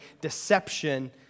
deception